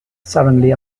suddenly